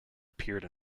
appeared